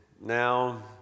now